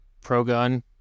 pro-gun